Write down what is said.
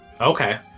Okay